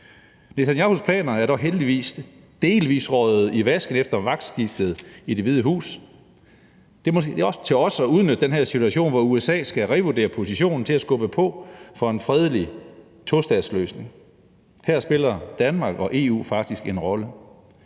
Netanyahus planer er dog heldigvis delvis gået i vasken efter vagtskiftet i Det Hvide Hus. Det er måske op til os at udnytte den situation, hvor USA skal revurdere deres position, til at skubbe på for en fredelig tostatsløsning. Her spiller Danmark og EU faktisk en rolle.